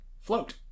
float